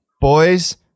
Boys